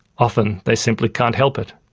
often they simply can't help it.